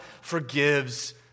forgives